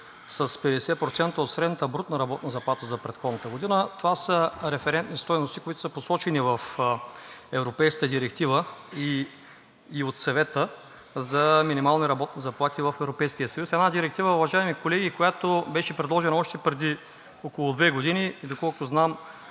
с 50% от средната брутна работна заплата за предходната година. Това са референтни стойности, които са посочени в европейската Директива и от Съвета за минимални работни заплати в Европейския съюз. Една директива, уважаеми колеги, която беше предложена още преди около две години. Доколкото знам,